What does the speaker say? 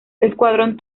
escuadrón